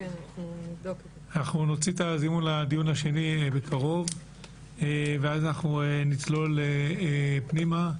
אנחנו נוציא את הזימון לדיון השני בקרוב ואז נצלול פנימה.